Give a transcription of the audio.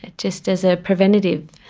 ah just as a preventative.